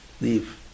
leave